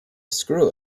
screw